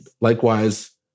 likewise